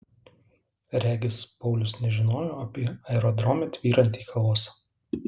regis paulius nežinojo apie aerodrome tvyrantį chaosą